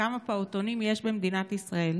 בכלל כמה פעוטונים יש במדינת ישראל,